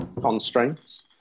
constraints